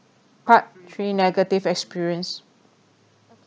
part three negative experience